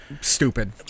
Stupid